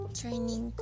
training